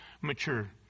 mature